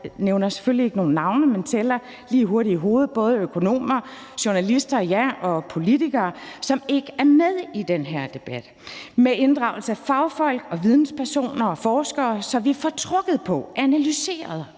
Jeg nævner selvfølgelig ikke nogen navne, men tæller lige hurtigt i hovedet både økonomer, journalister og, ja, politikere, som ikke er med i den her debat. Det skal være med inddragelse af fagfolk, videnspersoner og forskere, så vi får trukket på, analyseret,